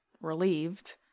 relieved